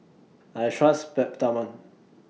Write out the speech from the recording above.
I Trust Peptamen